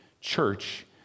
church